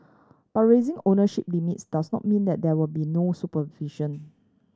but raising ownership limits does not mean that there will be no supervision